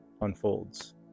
unfolds